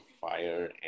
fire